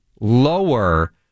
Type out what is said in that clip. lower